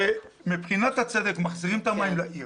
שמבחינת הצדק מחזירים את המים לעיר